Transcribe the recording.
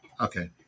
Okay